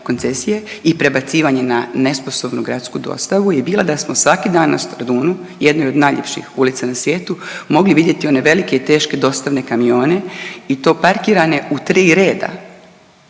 koncesije i prebacivanje na nesposobnu gradsku dostavu, je bila da smo svaki dan na Stradunu, jednoj od najljepših ulica na svijetu mogli vidjeti one velike i teške dostavne kamione i to parkirane u tri reda